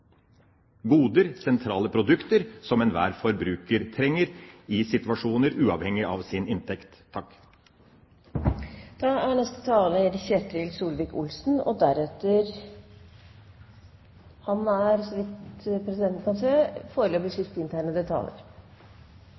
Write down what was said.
goder og sentrale produkter som enhver forbruker trenger i situasjoner, uavhengig av sin inntekt. Det er nesten med litt fornøyelse jeg sitter og